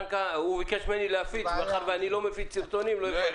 הוא ביקש ממני להפיץ אך מאחר ואני לא מפיץ סרטונים לא הפצתי.